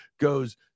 goes